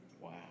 Wow